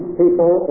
people